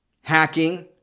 hacking